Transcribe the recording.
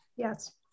Yes